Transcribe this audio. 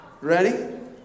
Ready